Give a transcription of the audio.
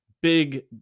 big